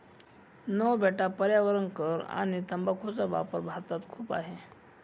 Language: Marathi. नो बेटा पर्यावरण कर आणि तंबाखूचा वापर भारतात खूप आहे